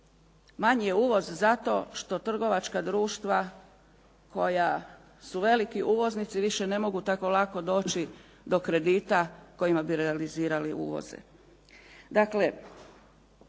Manji je uvoz zato što trgovačka društva koja su veliki uvoznici više ne mogu tako lako doći do kredita kojima bi realizirali uvoze.